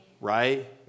right